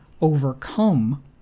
overcome